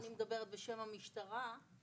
אני מדברת בשם המשטרה,